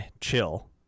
chill